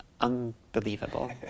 unbelievable